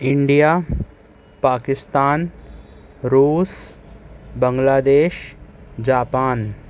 India Pakistan روس Bangladesh Japan